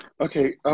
Okay